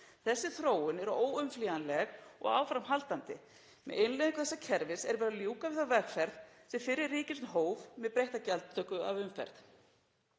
Þessi þróun er óumflýjanleg og áframhaldandi. Með innleiðingu þessa kerfis er verið að ljúka við þá vegferð sem fyrri ríkisstjórn hóf með breyttri gjaldtöku af umferð.